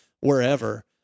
wherever